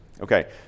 Okay